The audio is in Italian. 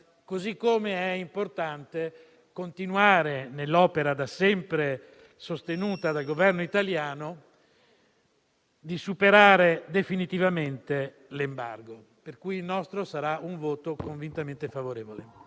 Così come è importante continuare nell'opera, da sempre sostenuta dal Governo italiano, di superare definitivamente l'embargo. Per questo, il nostro sarà un voto convintamente favorevole.